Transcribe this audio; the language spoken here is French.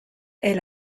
est